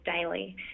daily